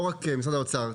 משרד האוצר,